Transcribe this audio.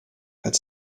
had